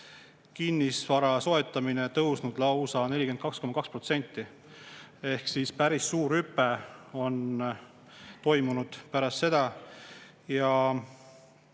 kinnisvara soetamine tõusnud lausa 42,2%. Ehk siis päris suur hüpe on toimunud pärast seda.